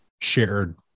shared